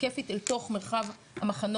כיפית אל תוך מרחב המחנות,